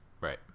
Right